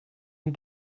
you